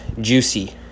juicy